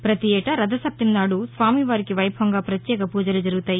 పతిఏటా రథసప్తమినాడు స్వామివారికి వైభవంగా పత్యేక పూజలు జరుగుతాయి